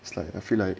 it's like I feel like